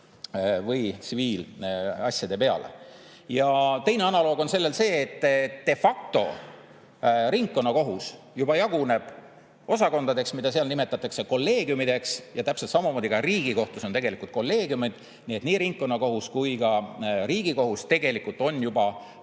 või tsiviilasjade peale. Ja teine analoog on sellel see, etde factoringkonnakohus juba jaguneb osakondadeks, mida seal nimetatakse kolleegiumideks, ja täpselt samamoodi ka Riigikohtus on kolleegiumid. Nii et nii ringkonnakohus kui ka Riigikohus tegelikult on juba vastava